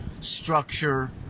structure